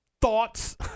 Thoughts